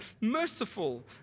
merciful